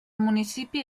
municipi